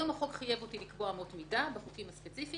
החוק חייב אותי לקבוע אמות מידה בחוקים הספציפיים.